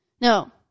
no